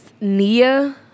Nia